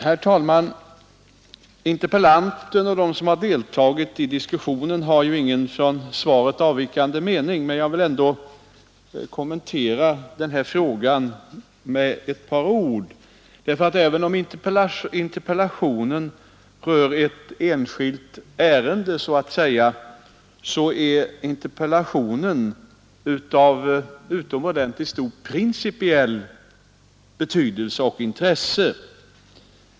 Herr talman! Varken interpellanten eller övriga som deltagit i denna debatt har ju deklarerat någon från interpellationssvaret avvikande mening, men jag vill ändå kommentera denna fråga med några ord. Även om interpellationen så att säga rör ett enskilt ärende är den nämligen ändå av utomordentligt stor principiell betydelse och av mycket stort intresse.